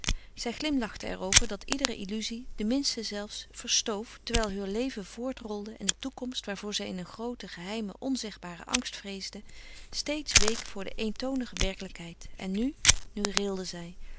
zij glimlachte er over dat iedere illuzie de minste zelfs verstoof terwijl heur leven voortrolde en de toekomst waarvoor zij in een grooten geheimen onzegbaren angst vreesde steeds week voor de eentonige werkelijkheid en nu nu rilde zij